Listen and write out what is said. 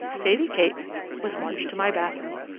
sadie kate was marched to my bathroom.